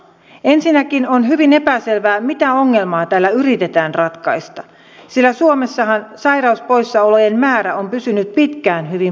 ensinnäkin on hyvin epäselvää mitä ongelmaa tällä yritetään ratkaista sillä suomessahan sairauspoissaolojen määrä on pysynyt pitkään hyvin vakaana